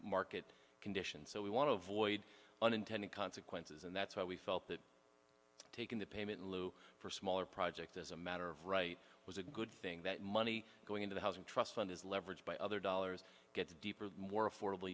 market conditions so we want to avoid unintended consequences and that's why we felt that taking the payment in lieu for smaller projects as a matter of right was a good thing that money going into the housing trust fund is leveraged by other dollars get to deeper more affordabl